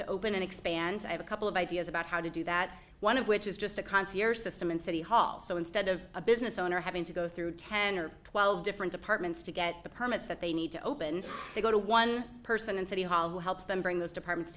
to open and expand i have a couple of ideas about how to do that one of which is just a concierge system in city hall so instead of a business owner having to go through ten or twelve different departments to get the permits that they need to open they go to one person in city hall who helps them bring those departments